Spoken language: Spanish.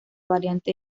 variante